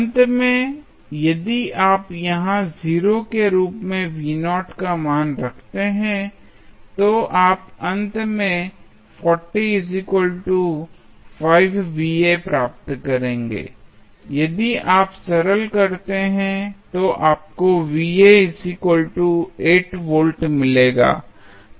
अंत में यदि आप यहाँ 0 के रूप में का मान रखते हैं तो आप अंत में प्राप्त करेंगे यदि आप सरल करते हैं तो आपको मिलेगा